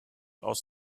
aus